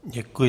Děkuji.